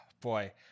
boy